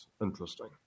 interesting